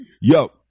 Yo